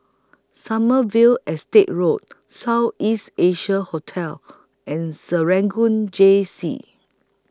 Sommerville Estate Road South East Asia Hotel and Serangoon Jessie